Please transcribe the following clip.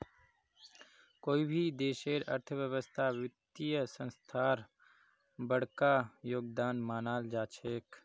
कोई भी देशेर अर्थव्यवस्थात वित्तीय संस्थार बडका योगदान मानाल जा छेक